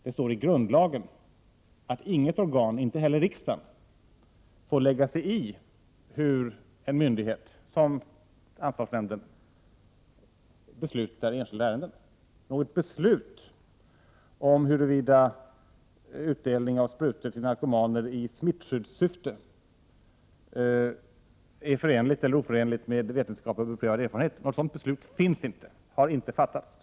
Det står i grundlagen att inget organ, inte heller riksdagen, får lägga sig i hur en myndighet, som i detta fall ansvarsnämnden, beslutar i enskilda ärenden. Något beslut om huruvida utdelning av sprutor till narkomaner i smittskyddssyfte är förenligt eller oförenligt med vetenskap och beprövad erfarenhet finns inte; det har aldrig fattats.